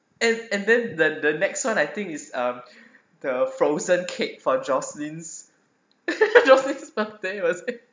and and then the the next [one] I think is um the frozen cake for jocelyn's jocelyn birthday was it